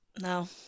No